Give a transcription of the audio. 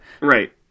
right